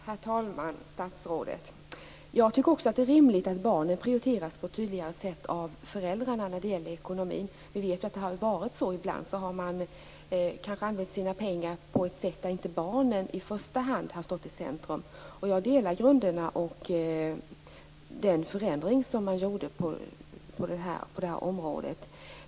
Herr talman! Statsrådet! Också jag tycker att det är rimligt att barnen prioriteras på ett tydligare sätt av föräldrarna när det gäller ekonomin. Ibland har man kanske använt sina pengar på ett sätt som inte i första hand har kommit barnen till del. Jag delar grundsynen och tycker att den förändring som har skett på det här området är bra.